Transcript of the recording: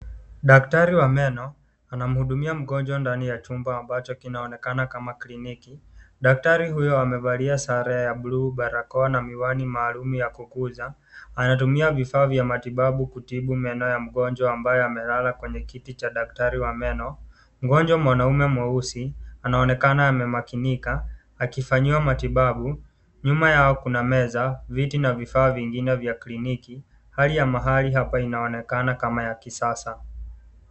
Daktari wa meno anamhudumia mgonjwa ndani ya chumba ambacho kinaonekana kama kliniki. Daktari huyo amevalia sare ya bluu, barakoa na miwani maalumu ya kukuza. Anatumia vifaa vya matibabu kutibu meno ya mgonjwa ambaye amelala kwenye kiti cha daktari wa meno. Mgonjwa mwanaume mweusi anaonekana amemakinika akifanyiwa matibabu. Nyuma yao kuna meza, viti na vifaa vingine vya kliniki. Hali ya mahali hapa inaonekana kama ya kisasa.